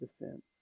defense